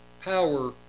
power